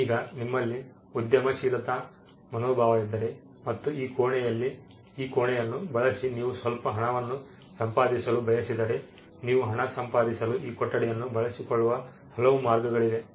ಈಗ ನಿಮ್ಮಲ್ಲಿ ಉದ್ಯಮಶೀಲತಾ ಮನೋಭಾವ ಇದ್ದರೆ ಮತ್ತು ಈ ಕೋಣೆಯಲ್ಲಿ ಬಳಸಿ ನೀವು ಸ್ವಲ್ಪ ಹಣವನ್ನು ಸಂಪಾದಿಸಲು ಬಯಸಿದರೆ ನೀವು ಹಣ ಸಂಪಾದಿಸಲು ಈ ಕೊಠಡಿಯನ್ನು ಬಳಸಿಕೊಳ್ಳುವ ಹಲವು ಮಾರ್ಗಗಳಿವೆ